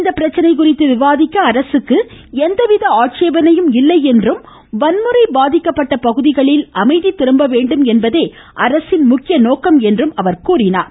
இப்பிரச்சனையை குறித்து விவாதிக்க அரசுக்கு எந்தவித ஆட்சேபணையும் இல்லை என்றும் வன்முறை பாதிக்கப்பட்ட பகுதிகளில் அமைதி திரும்பவேண்டும் என்பதே அரசின் நோக்கம் என்றும் அவர் கூறினார்